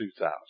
2000